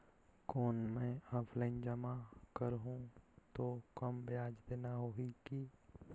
कौन मैं ऑफलाइन जमा करहूं तो कम ब्याज देना होही की?